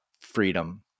freedom